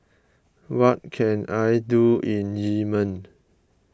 what can I do in Yemen